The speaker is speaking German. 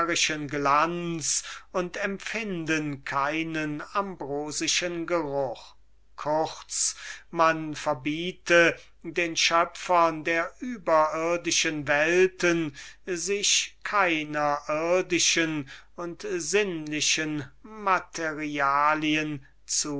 glanz und empfinden keinen ambrosischen geruch kurz man verbiete den schöpfern der überirdischen welten sich keiner irdischen und sinnlichen materialien